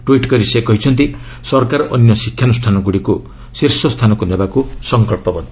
tweet କରି ସେ କହିଛନ୍ତି ସରକାର ଅନ୍ୟ ଶିକ୍ଷାନୁଷାନଗୁଡ଼ିକୁ ଶୀର୍ଷ ସ୍ଥାନକୁ ନେବାକୁ ସଂକଳ୍ପବଦ୍ଧ